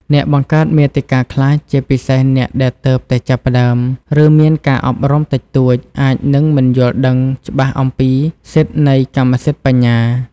អ្នកបង្កើតមាតិកាខ្លះ ជាពិសេសអ្នកដែលទើបតែចាប់ផ្ដើម ឬមានការអប់រំតិចតួច អាចនឹងមិនយល់ដឹងច្បាស់អំពីច្បាប់សិទ្ធិនៃកម្មសិទ្ធិបញ្ញា។